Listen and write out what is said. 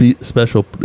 special